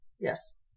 Yes